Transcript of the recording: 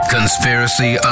Conspiracy